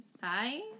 Bye